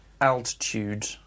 altitude